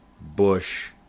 Bush